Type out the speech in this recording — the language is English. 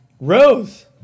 Rose